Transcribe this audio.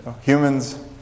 Humans